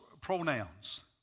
pronouns